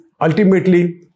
ultimately